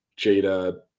Jada